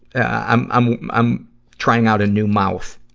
i'm, i'm i'm trying out a new mouth.